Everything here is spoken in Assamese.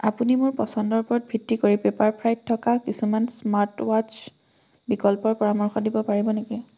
আপুনি মোৰ পচন্দৰ ওপৰত ভিত্তি কৰি পেপাৰফ্ৰাইত থকা কিছুমান স্মাৰ্টৱাট্চ বিকল্পৰ পৰামৰ্শ দিব পাৰিব নেকি